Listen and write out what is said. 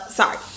sorry